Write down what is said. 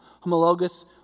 homologous